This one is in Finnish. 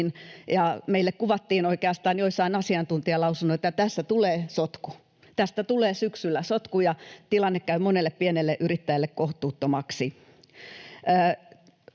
Meille kuvattiin oikeastaan joissain asiantuntijalausunnoissa, että tästä tulee sotku: tästä tulee syksyllä sotku, ja tilanne käy monelle pienelle yrittäjälle kohtuuttomaksi.